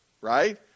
Right